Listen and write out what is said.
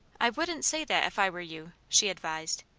i wouldn't say that, if i were you, she advised.